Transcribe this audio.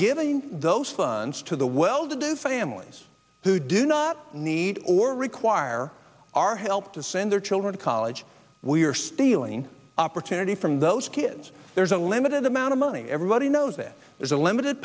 give those funds to the well to do families who do not need or require our help to send their children to college we're stealing opportunity from those kids there's a limited amount of money everybody knows that there's a limited